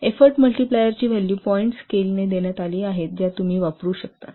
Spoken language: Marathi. होय एफोर्ट मल्टिप्लायरची व्हॅल्यू पॉईन्ट स्केल देण्यात आली आहेत ज्या तुम्ही त्या वापरू शकता